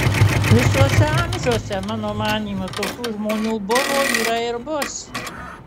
visuose amžiuose mano manymu tokių žmonių buvo yra ir bus